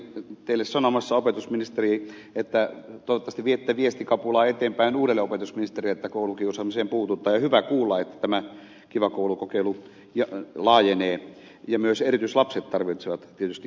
olinkin teille sanomassa opetusministeri että toivottavasti viette viestikapulaa eteenpäin uudelle opetusministerille että koulukiusaamiseen puututaan ja hyvä kuulla että tämä kiva koulu kokeilu laajenee ja myös erityislapset tarvitsevat tietysti tukiopetusta